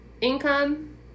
income